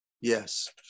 yes